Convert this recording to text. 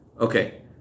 okay